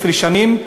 15 שנים,